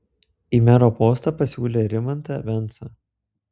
į mero postą pasiūlė rimantą vensą